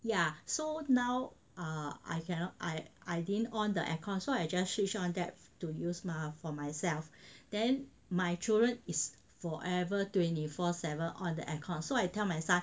ya so now err cannot I I didn't on the aircon so I just switch on that to use mah for myself then my children is forever twenty four seven on the aircon so I tell myself